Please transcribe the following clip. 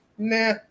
Nah